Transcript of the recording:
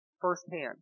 firsthand